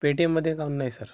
पेटीएममध्ये का म्हणून नाही सर